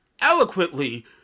eloquently